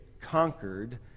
conquered